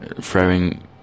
throwing